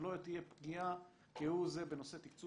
שלא תהיה פה פגיעה כהוא זה בנושא תקצוב